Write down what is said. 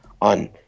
on